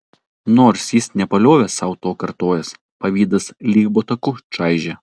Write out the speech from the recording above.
nors jis nepaliovė sau to kartojęs pavydas lyg botagu čaižė